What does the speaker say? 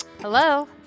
Hello